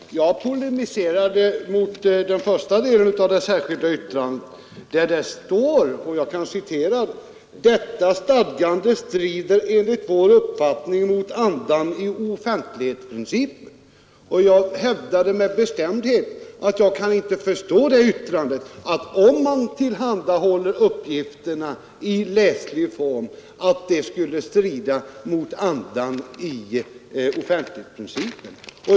Herr talman! Jag polemiserade mot den första delen av det särskilda yttrandet, där det står: ”Détta stadgande strider enligt vår uppfattning mot andan i offentlighetsprincipen.” Och jag hävdade med bestämdhet att jag inte kan förstå detta yttrande, att om man tillhandahåller uppgifterna i läsbar form skulle det strida mot andan i offentlighetsprincipen.